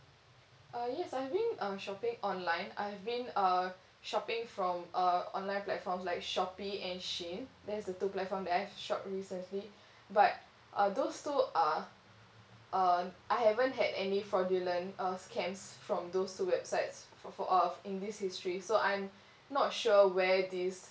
uh yes I've been um shopping online I've been uh shopping from uh online platforms like shopee and shein there's the two platforms that I've shopped recently but uh those two are uh I haven't had any fraudulent uh scams from those two websites for for uh in this history so I'm not sure where this